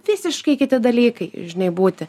visiškai kiti dalykai žinai būti